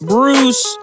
Bruce